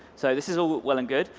so this is all well and good,